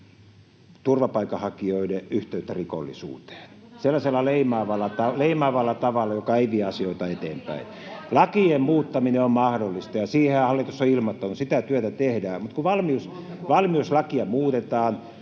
No, kun se on tilastollinen fakta!] Sellaisella leimaavalla tavalla, joka ei vie asioita eteenpäin. Lakien muuttaminen on mahdollista, ja hallitushan on ilmoittanut, että sitä työtä tehdään.